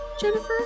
Jennifer